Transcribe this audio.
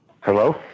Hello